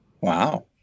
Wow